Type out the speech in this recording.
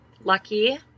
Lucky